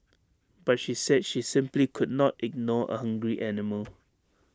but she said she simply could not ignore A hungry animal